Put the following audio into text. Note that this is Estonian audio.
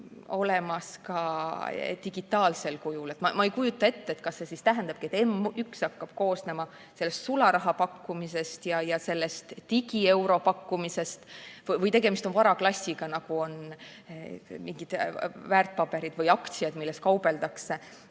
olemas ka digitaalsel kujul. Ma ei kujuta ette, kas see tähendab, et M1 hakkab koosnema sularahapakkumisest ja digieuropakkumisest või tegemist on varaklassiga, nagu on mingid väärtpaberid või aktsiad, millega kaubeldakse.